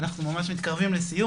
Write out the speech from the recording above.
אנחנו ממש מתקרבים לסיום,